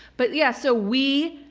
but yeah, so we